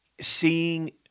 seeing